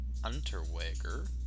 Unterweger